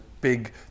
big